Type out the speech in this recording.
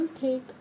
take